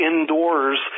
indoors